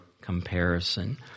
comparison